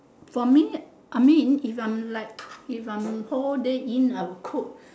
for me I mean if I'm like if I'm whole day in I will cook